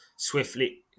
Swiftly